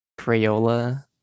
Crayola